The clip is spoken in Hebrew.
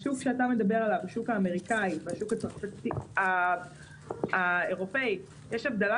בין השוק האמריקאי והשוק האירופי יש הבדלה